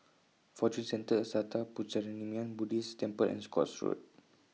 Fortune Centre Sattha Puchaniyaram Buddhist Temple and Scotts Road